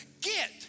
get